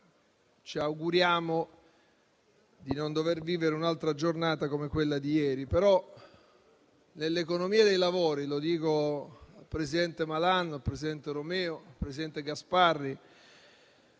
ci auguriamo di non dover vivere un'altra giornata come quella. Nell'economia dei lavori - lo dico al presidente Malan, al presidente Romeo e al presidente Gasparri